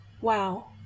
wow